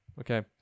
okay